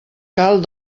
cal